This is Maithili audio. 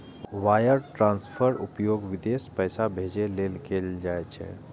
वायर ट्रांसफरक उपयोग विदेश पैसा भेजै लेल कैल जाइ छै